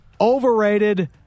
Overrated